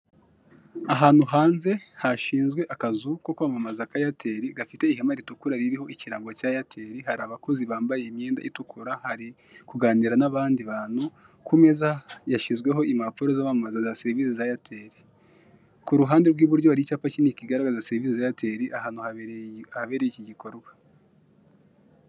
Ahantu hanze hashinzwe akazu ko kwamamaza ka eyateri gafite ihema ritukura ririho ikirango cya eyateri, harabakozi bambaye imyenda itukura bari kuganira nabandi bantu, kumeza yashyizweho impapuro zabamamaza serivise za eyateri kuruhande rw'iburyo hari icyapa kinini kigaragaza serivise za wyateri ahantu habereye ikigikorwa.